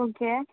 okay